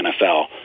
NFL